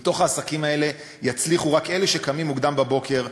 מתוך העסקים האלה יצליחו רק אלה שקמים מוקדם בבוקר,